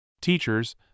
Teachers